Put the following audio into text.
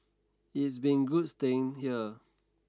it's been good staying here